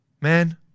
Man